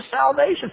salvation